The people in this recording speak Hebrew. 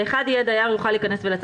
בפסקה (1) יהיה: דייר יוכל להיכנס ולצאת